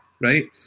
right